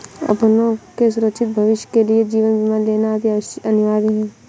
अपनों के सुरक्षित भविष्य के लिए जीवन बीमा लेना अति अनिवार्य है